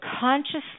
consciously